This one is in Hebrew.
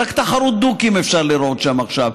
רק תחרות דוקים אפשר לראות שם עכשיו,